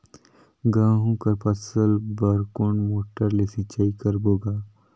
गहूं कर फसल बर कोन मोटर ले सिंचाई करबो गा?